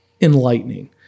enlightening